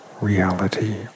reality